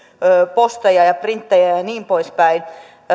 posteja ja printtejä ja ja niin poispäin